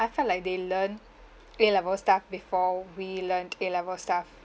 I felt like they learnt a level stuff before we learnt a level stuff